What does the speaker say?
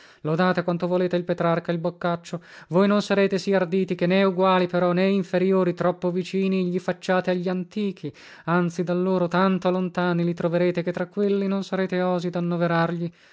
lodate quanto volete il petrarca e il boccaccio voi non sarete sì arditi che né eguali però né inferiori troppo vicini gli facciate agli antichi anzi da loro tanto lontani li troverete che tra quelli non sarete osi dannoverargli